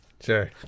Sure